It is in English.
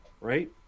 right